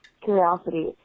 curiosity